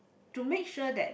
to make sure that